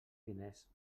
diners